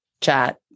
chat